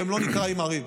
והם לא נקראים ערים,